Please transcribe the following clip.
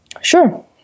Sure